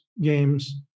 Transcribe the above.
games